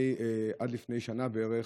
עד לפני שנה בערך,